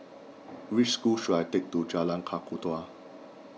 which school should I take to Jalan Kakatua